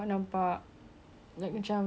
kalau presentable dengan